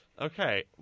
Okay